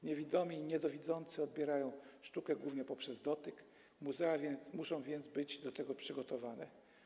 Niewidomi i niedowidzący odbierają sztukę głównie poprzez dotyk, muzea muszą więc być do tego przygotowane.